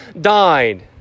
died